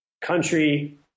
country